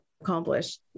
accomplished